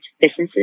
businesses